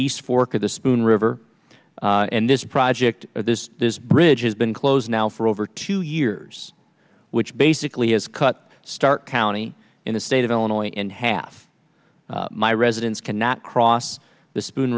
east fork of the spoon river and this project this bridge has been closed now for over two years which basically is cut stark county in the state of illinois and half my residents cannot cross the spoon